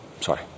Sorry